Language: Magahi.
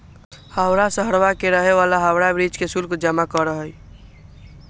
हवाड़ा शहरवा के रहे वाला हावड़ा ब्रिज के शुल्क जमा करा हई